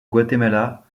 guatemala